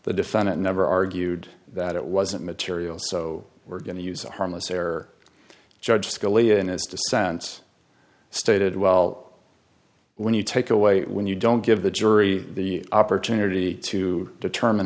the defendant never argued that it wasn't material so we're going to use a harmless error judge scalia in his dissent stated well when you take away when you don't give the jury the opportunity to determine